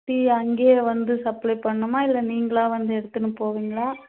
tea அங்கேயே வந்து supply பண்ணணுமா இல்லை நீங்களாக வந்து எடுத்துன்னு போவீங்களா